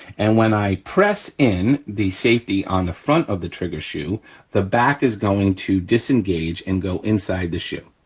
and when i press in the safety on the front of the trigger shoe the back is going to disengage and go inside the shoe,